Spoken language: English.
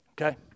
Okay